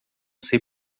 sei